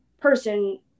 person